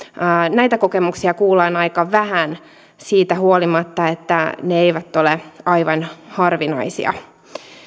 näitä kokemuksia kuullaan aika vähän siitä huolimatta että ne eivät ole aivan harvinaisia